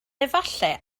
efallai